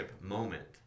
moment